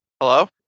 Hello